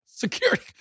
Security